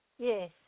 Yes